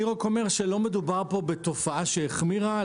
אני רק אומר שלא מדובר פה בתופעה שהחמירה,